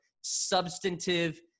substantive